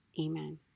Amen